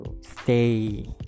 stay